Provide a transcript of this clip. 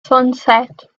sunset